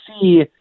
see